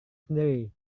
sendiri